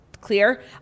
clear